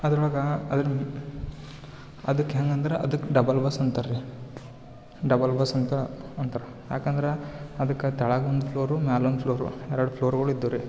ಅದ್ರೊಳಗೆ ಅದ್ರ ಅದಕ್ಕೆ ಹೆಂಗಂದ್ರೆ ಅದಕ್ಕೆ ಡಬಲ್ ಬಸ್ ಅಂತಾರೆ ರೀ ಡಬಲ್ ಬಸ್ ಅಂತ ಅಂತಾರೆ ಯಾಕಂದ್ರೆ ಅದಕ ತೆಳಗಿಂದು ಫ್ಲೋರು ಮೇಲೊಂದ್ ಫ್ಲೋರು ಎರಡು ಫ್ಲೋರ್ಗಳ್ ಇದ್ವು ರೀ